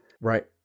Right